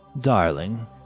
darling